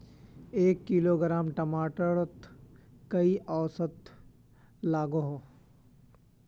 एक किलोग्राम टमाटर त कई औसत लागोहो?